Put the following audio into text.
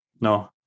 No